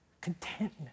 contentment